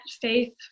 faith